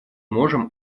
можем